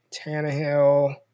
Tannehill